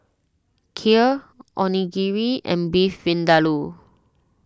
Kheer Onigiri and Beef Vindaloo